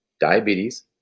diabetes